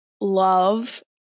love